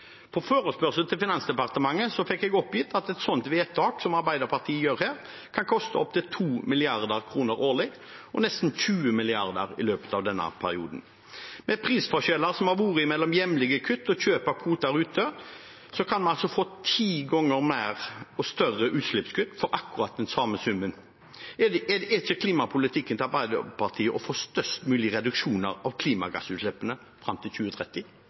På forespørsel til Finansdepartementet fikk jeg oppgitt at et sånt vedtak som Arbeiderpartiet gjør her, kan koste opptil 2 mrd. kr årlig og nesten 20 mrd. kr i løpet av denne perioden. Med prisforskjeller som har vært mellom hjemlige kutt og kjøp av kvoter ute, kan man få ti ganger større utslippskutt for akkurat den samme summen. Er ikke klimapolitikken til Arbeiderpartiet å få størst mulig reduksjon av klimagassutslippene fram til 2030?